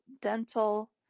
dental